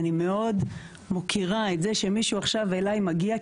אני מאוד מוקירה את זה שמישהו עכשיו אליי מגיע,